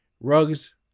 Rugs